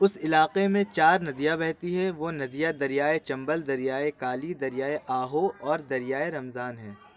اس علاقے میں چار ندیاں بہتی ہیں وہ ندیاں دریائے چمبل دریائے کالی دریائے آہو اور دریائے رمضان ہیں